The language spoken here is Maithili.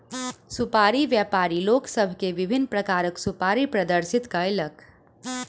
सुपाड़ी व्यापारी लोक सभ के विभिन्न प्रकारक सुपाड़ी प्रदर्शित कयलक